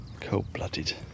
cold-blooded